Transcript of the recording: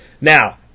Now